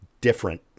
different